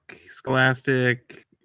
scholastic